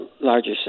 larger